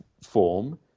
form